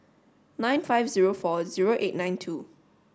nine five zero four zero eight nine two